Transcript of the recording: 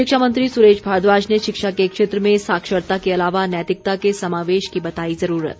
शिक्षामंत्री सुरेश भारद्वाज ने शिक्षा के क्षेत्र में साक्षरता के अलावा नैतिकता के समावेश की बताई जरूरत